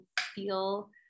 feel